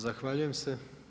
Zahvaljujem se.